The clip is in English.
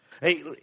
Hey